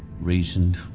reasoned